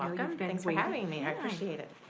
thanks for having me, i appreciate it.